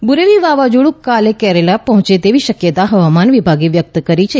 બુરેવી વાવાઝોડું કાલે કેરળ પહોંચે તેવી શક્યતા હવામાન વિભાગે વ્યકત કરી છે